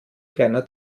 kleiner